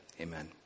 Amen